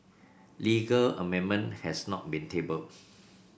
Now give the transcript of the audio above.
legal amendment has not been tabled